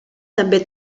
també